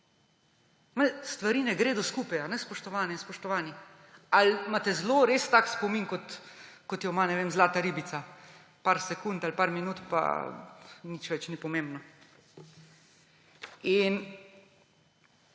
Stvari ne gredo skupaj, spoštovane in spoštovani! Ali pa imate res tak spomin, kot ga ima zlata ribica − nekaj sekund ali nekaj minut − pa nič več ni pomembno?